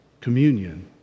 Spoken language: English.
communion